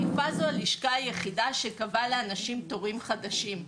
חיפה זו הלשכה היחידה שקבעה לאנשים תורים חדשים,